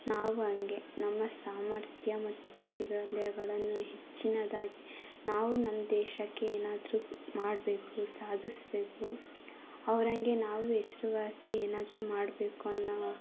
ನಾವು ಹಂಗೆ ನಮ್ಮ ಸಾಮರ್ಥ್ಯ ಮತ್ತು ದೌರ್ಬಲ್ಯಗಳನ್ನು ಹೆಚ್ಚಿನದಾಗಿ ನಾವು ನಮ್ಮ ದೇಶಕ್ಕೆ ಏನಾದ್ರೂ ಮಾಡಬೇಕು ಸಾಧಿಸ್ಬೇಕು ಅವರಂಗೆ ನಾವು ಹೆಸ್ರುವಾಸಿ ಏನಾದರೂ ಮಾಡಬೇಕು ಅನ್ನೋ